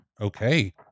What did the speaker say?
Okay